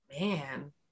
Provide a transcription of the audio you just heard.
Man